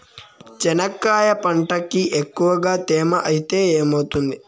చెనక్కాయ పంటకి ఎక్కువగా తేమ ఐతే ఏమవుతుంది?